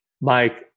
Mike